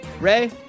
Ray